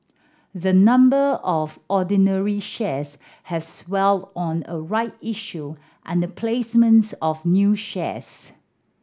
the number of ordinary shares has swelled on a right issue and the placement of new shares